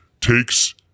takes